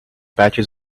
patches